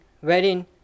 wherein